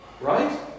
right